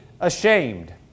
ashamed